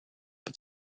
het